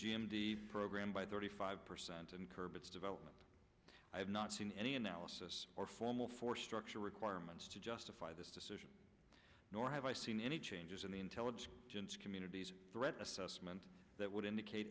d program by the eighty five percent and curb its development i have not seen any analysis or formal for structural requirements to justify this decision nor have i seen any changes in the intelligence community's threat assessment that would indicate